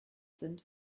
sind